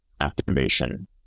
activation